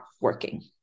working